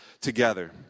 together